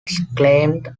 exclaimed